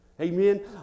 Amen